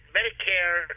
Medicare